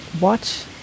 watch